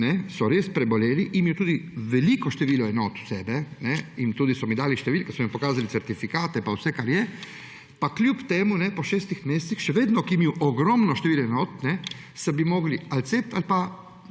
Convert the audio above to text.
so res preboleli in je tudi veliko število enot v njih, tudi so mi dali številke, so mi pokazali certifikate pa vse, kar je, pa kljub temu po šestih mesecih še vedno ti, ki imajo ogromno število enot, se bi morali ali cepiti ali pa